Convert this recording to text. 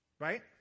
Right